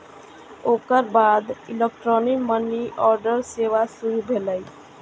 ओकर बाद electronic money order सेवा शुरू भेलै